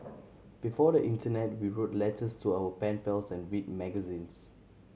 before the internet we wrote letters to our pen pals and read magazines